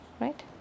Right